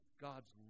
God's